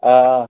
آ